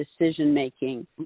decision-making